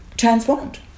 transformed